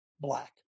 black